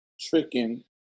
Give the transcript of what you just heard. tricking